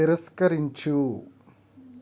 తిరస్కరించు